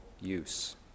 use